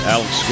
Alex